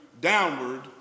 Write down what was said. downward